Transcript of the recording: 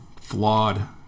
flawed